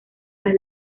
las